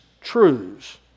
truths